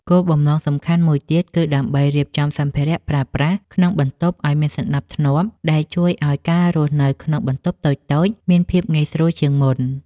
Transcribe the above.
គោលបំណងសំខាន់មួយទៀតគឺដើម្បីរៀបចំសម្ភារៈប្រើប្រាស់ក្នុងបន្ទប់ឱ្យមានសណ្ដាប់ធ្នាប់ ដែលជួយឱ្យការរស់នៅក្នុងបន្ទប់តូចៗមានភាពងាយស្រួលជាងមុន។